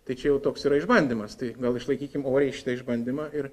tai čia jau toks yra išbandymas tai gal išlaikykim oriai šitą išbandymą ir